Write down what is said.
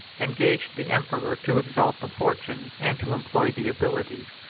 engaged the emperor to exalt the fortunes, and to employ the abilities,